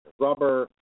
rubber